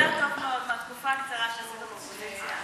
אתה יודע טוב מאוד מהתקופה הקצרה שהיית באופוזיציה,